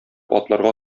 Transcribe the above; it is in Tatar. атларга